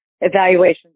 evaluations